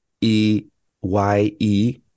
E-Y-E